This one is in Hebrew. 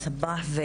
סבאח.